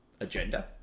agenda